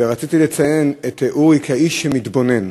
ורציתי לציין את אורי כאיש שמתבונן,